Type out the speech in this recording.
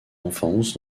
enfance